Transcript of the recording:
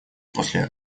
после